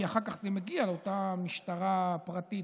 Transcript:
כי אחר כך זה מגיע לאותה משטרה פרטית